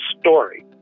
story